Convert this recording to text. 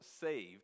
saved